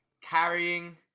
Carrying